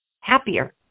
happier